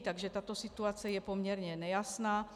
Takže tato situace je poměrně nejasná.